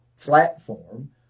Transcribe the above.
platform